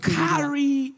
carry